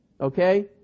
okay